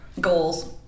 Goals